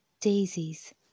daisies